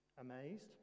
Amazed